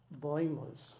blameless